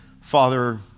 Father